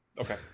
Okay